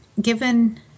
given